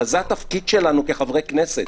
אבל זה התפקיד שלנו כחברי כנסת